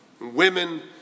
Women